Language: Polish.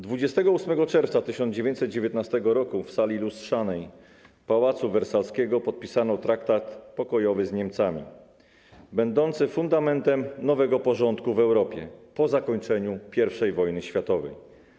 28 czerwca 1919 r. w Sali Lustrzanej Pałacu Wersalskiego podpisano traktat pokojowy z Niemcami będący fundamentem nowego porządku w Europie po zakończeniu I wojny światowej.